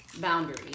boundaries